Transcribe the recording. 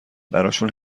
براشون